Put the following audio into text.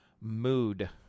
mood